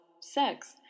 sex